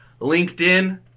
LinkedIn